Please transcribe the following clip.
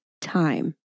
time